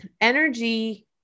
energy